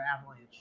avalanche